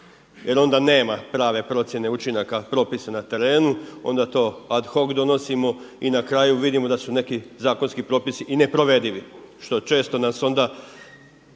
jer onda nema prave procjene učinaka propisa na terenu, onda to ad hoc donosimo i na kraju vidimo da su neki zakonski propisi i neprovedivi što često nas onda